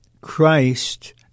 Christ